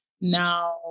now